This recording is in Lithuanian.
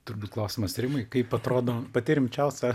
turbūt klausimas rimiui kaip atrodo pati rimčiausia